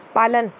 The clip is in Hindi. पालन